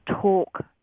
talk